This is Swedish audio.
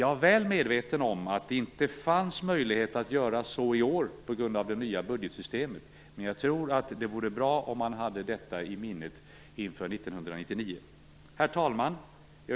Jag är väl medveten om att det inte fanns möjlighet att göra så i år på grund av det nya budgetsystemet, men jag tror att det vore bra att ha detta i minnet inför 1999. Herr talman!